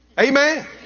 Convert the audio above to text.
Amen